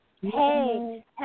hey